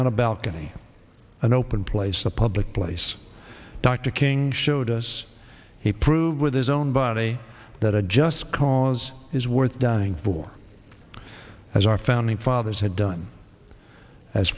on a balcony an open place a public place dr king so does he prove with his own body that a just cause is worth dying for as our founding fathers had done as